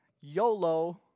YOLO